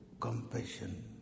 compassion